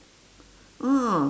ah